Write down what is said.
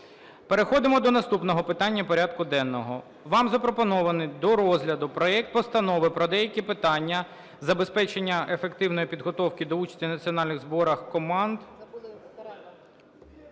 Переходимо до наступного питання порядку денного. Вам запропонований до розгляду проект Постанови про деякі питання забезпечення ефективної підготовки до участі національних зборах команд…